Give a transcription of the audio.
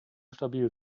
stabil